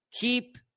keep